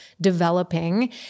developing